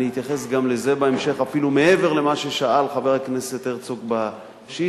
אני אתייחס גם לזה בהמשך אפילו מעבר למה ששאל חבר הכנסת הרצוג בשאילתא,